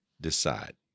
decide